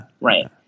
Right